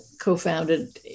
co-founded